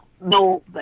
no